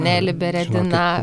nelė beredina